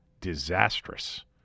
disastrous